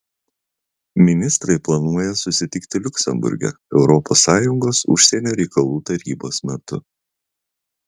ministrai planuoja susitikti liuksemburge europos sąjungos užsienio reikalų tarybos metu